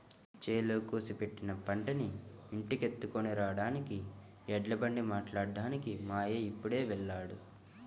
చేలో కోసి పెట్టిన పంటని ఇంటికెత్తుకొని రాడానికి ఎడ్లబండి మాట్లాడ్డానికి మా అయ్య ఇప్పుడే వెళ్ళాడు